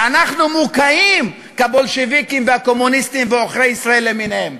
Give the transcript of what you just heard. ואנחנו מוקעים כבולשביקים וקומוניסטים ועוכרי ישראל למיניהם.